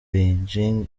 beijing